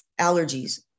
allergies